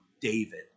David